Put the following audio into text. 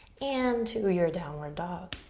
and to your downward dog.